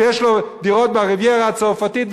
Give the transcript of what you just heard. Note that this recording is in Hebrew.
שיש לו דירות בריביירה הצרפתית ובניו-יורק,